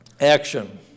Action